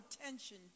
attention